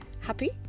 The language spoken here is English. happy